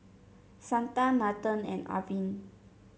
Santha Nathan and Arvind